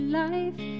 life